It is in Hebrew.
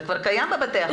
זה כבר קיים בבתי החולים.